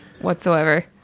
whatsoever